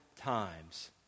times